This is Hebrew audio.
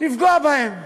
לפגוע בהם?